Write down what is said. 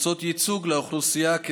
לקבוצות ייצוג באוכלוסייה,